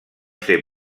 ser